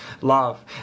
love